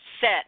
set